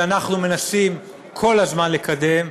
שאנחנו מנסים כל הזמן לקדם,